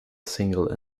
single